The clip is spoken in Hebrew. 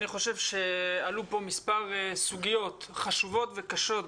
אני חושב שעלו פה מספר סוגיות חשובות וקשות,